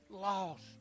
lost